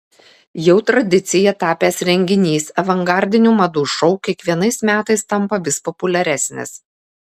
jau tradicija tapęs renginys avangardinių madų šou kiekvienais metais tampa vis populiaresnis